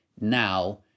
now